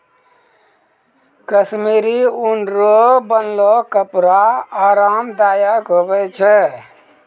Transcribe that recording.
कश्मीरी ऊन रो बनलो कपड़ा आराम दायक हुवै छै